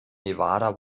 nevada